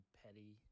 petty